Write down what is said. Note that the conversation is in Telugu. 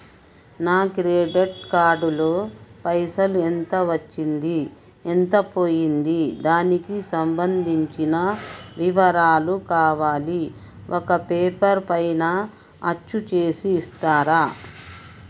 నా క్రెడిట్ కార్డు లో పైసలు ఎంత వచ్చింది ఎంత పోయింది దానికి సంబంధించిన వివరాలు కావాలి ఒక పేపర్ పైన అచ్చు చేసి ఇస్తరా?